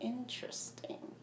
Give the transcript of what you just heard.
Interesting